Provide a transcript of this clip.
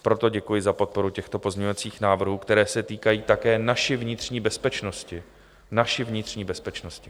Proto děkuji za podporu těchto pozměňovacích návrhů, které se týkají také naší vnitřní bezpečnosti naší vnitřní bezpečnosti.